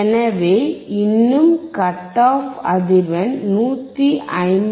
எனவே இன்னும் cut off அதிர்வெண் 159